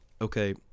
okay